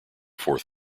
fourth